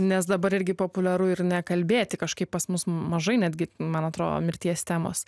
nes dabar irgi populiaru ir nekalbėti kažkaip pas mus mažai netgi man atrodo mirties temos